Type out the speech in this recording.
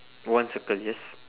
one circle yes